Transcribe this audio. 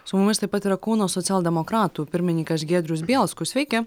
su mumis taip pat yra kauno socialdemokratų pirmininkas giedrius bielskus sveiki